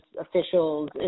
officials